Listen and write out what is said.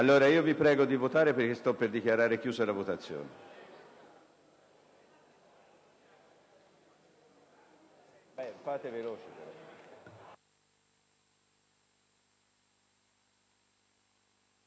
Vi prego di votare perché sto per dichiarare chiusa la votazione.